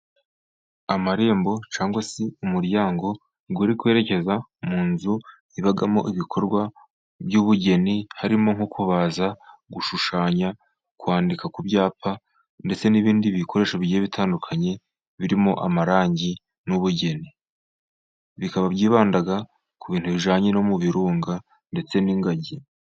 Amarembo cyangwa se umuryango uri kwerekeza mu nzu ibamo ibikorwa by'ubugeni harimo nko kubaza, gushushanya, kwandika ku byapa, ndetse n'ibindi bikoresho bigiye bitandukanye, birimo amarangi n'ubugeni. Bikaba byibanda ku bintu bijyanye no mu birunga ndetse n'ingagi.